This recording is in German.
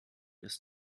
ist